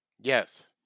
Yes